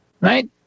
right